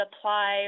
apply